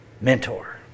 mentor